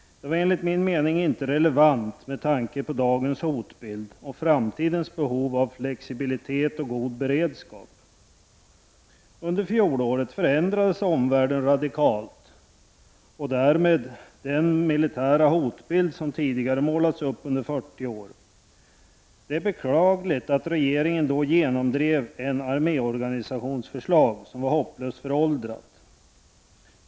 Den var enligt min mening inte relevant med tanke på dagens hotbild och framtidens behov av flexibilitet och god beredskap. Under fjolåret förändrades omvärlden radikalt och därmed också den militära hotbild som under 40 år målats upp. Det är beklagligt att regeringen då genomdrev ett förslag till arméorganisation som redan då var hopplöst föråldrad.